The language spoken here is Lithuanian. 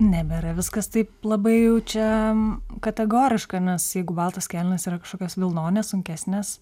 nebėra viskas taip labai jau čia kategoriška nes jeigu baltos kelnės yra kažkokios vilnones sunkesnes